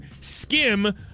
skim